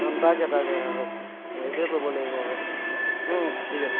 অঁ তাকে তাকে অঁ সেইতোৱে কৰিব লাগিব আৰু ঠিক আছে